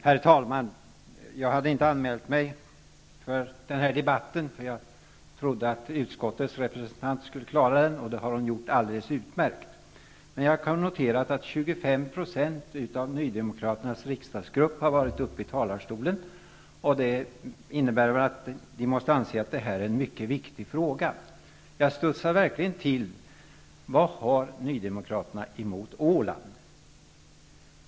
Herr talman! Jag hade inte anmält mig till denna debatt, eftersom jag trodde att vår representant i utskottet skulle klara den, och det har hon gjort alldeles utmärkt. Jag har emellertid noterat att 25 % av nydemokraternas riksdagsgrupp har varit uppe i talarstolen. Det måste väl innebära att detta är en mycket viktig fråga. Jag studsade verkligen till när jag lyssnade på debatten. Vad har nydemokraterna mot Åland?